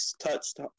touched